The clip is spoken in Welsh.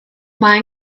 mae